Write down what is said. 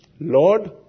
Lord